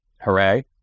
hooray